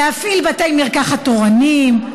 להפעיל בתי מרקחת תורנים,